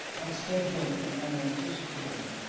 unscheduled and unanticipated.